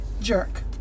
jerk